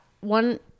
one